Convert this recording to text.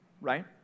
Right